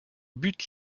but